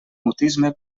mutisme